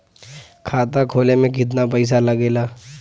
खाता खोले में कितना पईसा लगेला?